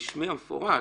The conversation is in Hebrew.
בשמי המפורש,